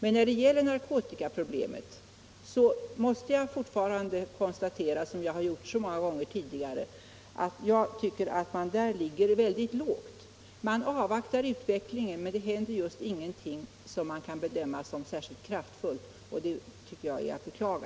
Men när det gäller narkotikaproblemet måste jag fortfarande konstatera, såsom jag gjort så många gånger tidigare, att man där ligger mycket lågt; man avvaktar utvecklingen, men det görs just ingenting som kan bedömas som särskilt kraftfullt. Det tycker jag är att beklaga.